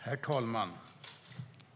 Herr talman!